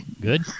Good